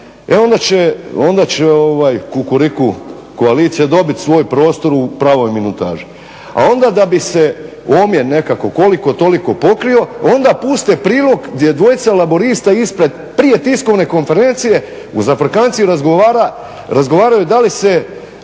e onda će Kukuriku koalicija dobiti svoj prostor u pravoj minutaži. A onda da bi se omjer nekako koliko toliko pokrio, onda puste prilog gdje dvojica Laburista ispred prije tiskovne konferencije u zafrkanciji razgovaraju da li se